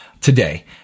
today